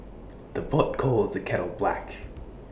the pot calls the kettle black